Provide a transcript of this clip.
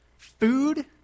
Food